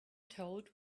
told